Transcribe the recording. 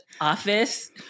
office